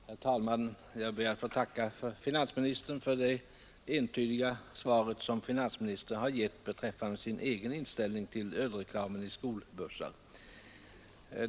Herr talman! Jag ber att få tacka finansministern för det entydiga besked som han har gett beträffande sin egen inställning till ölreklamen i skolbussar.